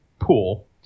pool